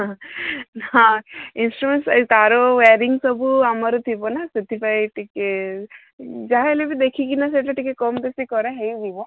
ହଁ ହଁ ଏ ସବୁ ଜିନିଷ ଏ ତାର ୱେୟରିଙ୍ଗ୍ ସବୁ ଆମର ଥିବ ନା ସେଥିପାଇଁ ଟିକେ ଯାହା ହେଲେ ବି ଦେଖିକିନା ସେଇଟା ଟିକେ କମ୍ ବେଶୀ କରାହୋଇଯିବ